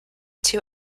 two